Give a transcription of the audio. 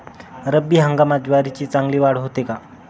रब्बी हंगामात ज्वारीची चांगली वाढ होते का?